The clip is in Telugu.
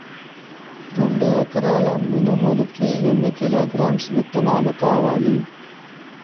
రెండు ఎకరాల మినుములు కి ఎన్ని కిలోగ్రామ్స్ విత్తనాలు కావలి?